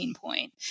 point